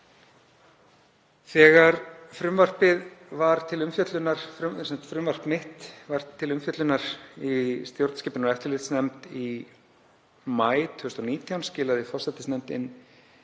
Þegar frumvarp mitt var til umfjöllunar í stjórnskipunar- og eftirlitsnefnd í maí 2019 skilaði forsætisnefnd inn